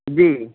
جی